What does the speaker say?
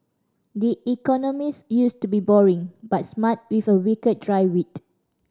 the Economist used to be boring but smart with a wicked dry wit